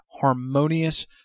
harmonious